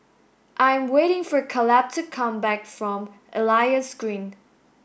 I am waiting for Kaleb to come back from Elias Green